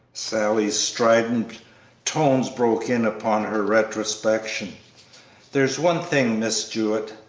sally's strident tones broke in upon her retrospection there's one thing, miss jewett,